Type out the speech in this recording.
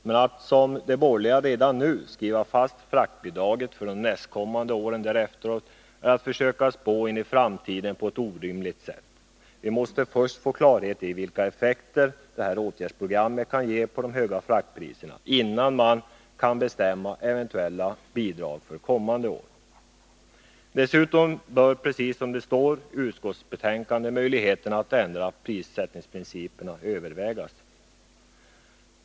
Men att, som de borgerliga vill, redan nu skriva fast fraktbidrag för de närmast kommande åren därefter är att försöka Nr 53 spå in i framtiden på ett orimligt sätt. Vi måste först få klarhet i vilka effekter Onsdagen den ett åtgärdsprogram kan ha på de höga fraktpriserna, innan man kan 16 december 1981 bestämma eventuella bidrag för kommande år. Dessutom bör, precis som det står i utskottsbetänkandet, möjligheterna att ändra prissättningsprinciperna övervägas.